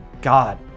God